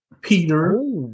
Peter